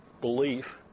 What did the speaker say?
belief